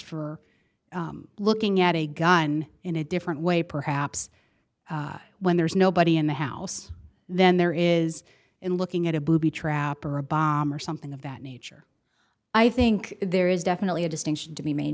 for looking at a gun in a different way perhaps when there's nobody in the house then there is in looking at a booby trap or a bomb or something of that nature i think there is definitely a distinction to be made